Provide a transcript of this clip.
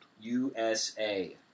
USA